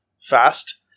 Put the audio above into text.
fast